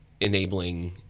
enabling